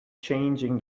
changing